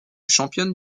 championne